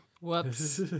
Whoops